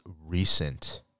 recent